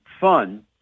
fun